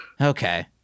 Okay